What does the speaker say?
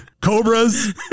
cobras